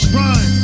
run